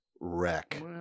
wreck